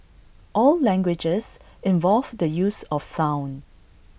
all languages involve the use of sound